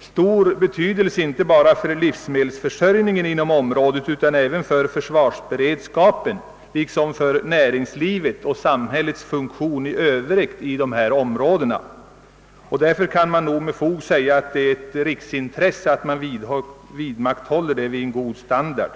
stor betydelse inte bara för livsmedelsförsörjningen utan även för försvarsberedskapen liksom för näringslivet och samhällets funktion i övrigt i dessa områden. Därför kan man nog med fog säga att det är ett riksintresse att vidmakthålla jordbruket där vid en god standard.